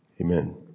Amen